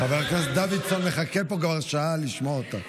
חבר הכנסת דוידסון מחכה פה כבר שעה לשמוע אותך.